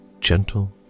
gentle